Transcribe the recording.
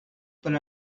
per